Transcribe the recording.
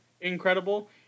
incredible